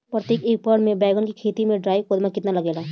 प्रतेक एकर मे बैगन के खेती मे ट्राईकोद्रमा कितना लागेला?